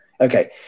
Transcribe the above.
Okay